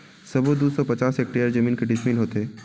सबो दू सौ पचास हेक्टेयर जमीन के डिसमिल होथे?